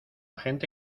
gente